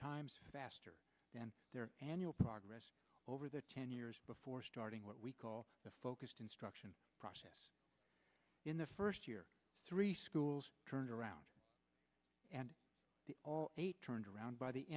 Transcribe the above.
times faster than their annual progress over the ten years before starting what we call the focused instruction process in the first year three schools turned around and all eight turned around by the